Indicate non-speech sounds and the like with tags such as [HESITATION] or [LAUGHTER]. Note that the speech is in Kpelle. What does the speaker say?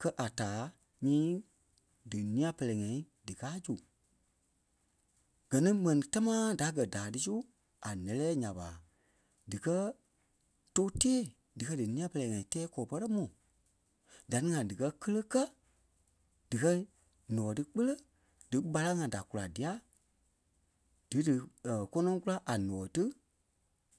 kɛ̀ a taa nyii dí nîa-pɛlɛɛ ŋai dikaa zu. Gɛ́ ni mɛni támaa da gɛ̀ daa ti su a nɛ́lɛɛ nya ɓa dikɛ tóu tee díkɛ dí nîa-pɛlɛɛ ŋai tɛɛ kɔlɔ pɔrɔŋ mu da-ní ŋai díkɛ kele kɛ̀ dikɛ ǹɔɔ ti kpele di m̀araŋ ŋai da kula dia di di [HESITATION] gɔnɔŋ kùla a ǹɔɔi ti.